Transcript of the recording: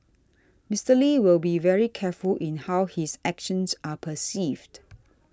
Mister Lee will be very careful in how his actions are perceived